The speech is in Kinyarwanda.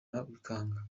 y’abaganga